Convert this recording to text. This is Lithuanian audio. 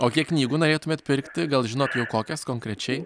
o kiek knygų norėtumėt pirkti gal žinot jau kokias konkrečiai